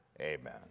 amen